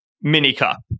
mini-cup